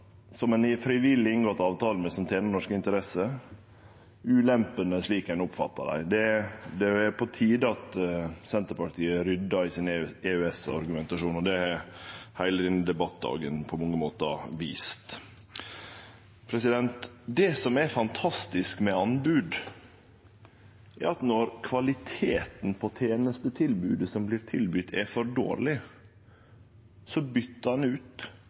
som ein frivillig har inngått avtaler med som tener norske interesser, ulempene, slik ein oppfattar dei. Det er på tide at Senterpartiet ryddar i sin EØS-argumentasjon. Det har heile denne debatten òg på mange måtar vist. Det som er fantastisk med anbod, er at når kvaliteten på tenestetilbodet som vert tilbydd er for dårleg, så byter ein ut